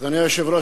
אדוני היושב-ראש,